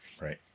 Right